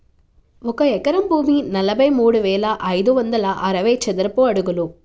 ఒక ఎకరం భూమి నలభై మూడు వేల ఐదు వందల అరవై చదరపు అడుగులు